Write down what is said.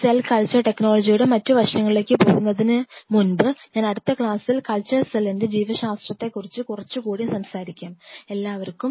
cell culture ടെക്നോളജിയുടെ മറ്റ് വശങ്ങളിലേക്ക് പോകുന്നതിന് മുമ്പ് ഞാൻ അടുത്ത ക്ലാസ്സിൽ കൾച്ചർ സെല്ലിന്റെ ജീവശാസ്ത്രത്തെക്കുറിച്ച് കുറച്ചുകൂടി സംസാരിക്കും